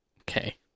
Okay